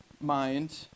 mind